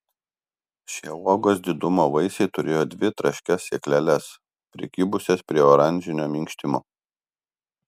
šie uogos didumo vaisiai turėjo dvi traškias sėkleles prikibusias prie oranžinio minkštimo